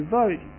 vote